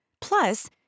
Plus